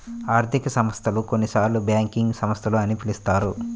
ఆర్థిక సంస్థలు, కొన్నిసార్లుబ్యాంకింగ్ సంస్థలు అని పిలుస్తారు